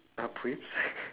uh please